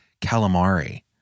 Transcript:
calamari